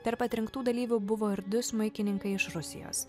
tarp atrinktų dalyvių buvo ir du smuikininkai iš rusijos